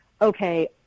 okay